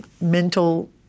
mental